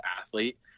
athlete